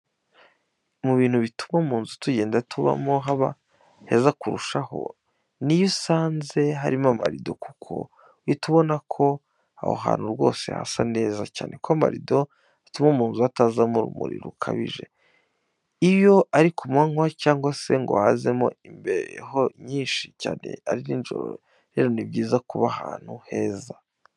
Mu bintu bituma mu nzu tugenda tubamo haba heza kurushaho, ni iyo usanze harimo amarido kuko uhita ubona ko aho hantu rwose hasa neza cyane ko amarido atuma mu nzu hatazamo urumuri rukabije. Iyo ari ku manywa, cyangwa se ngo hazemo imbeho nyinshi cyane ari nijoro, rero ni byiza kuba ahantu heza.